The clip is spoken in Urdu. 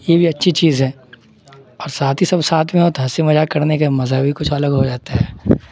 یہ بھی اچھی چیز ہے اور ساتھی سب ساتھ میں ہو تو ہنسی مذاق کرنے کے مزہ بھی کچھ الگ ہو جاتا ہے